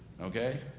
Okay